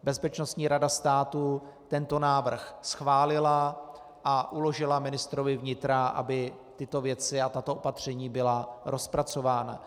Bezpečnostní rada státu tento návrh schválila a uložila ministrovi vnitra, aby tyto věci a tato opatření byla rozpracována.